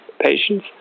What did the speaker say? patients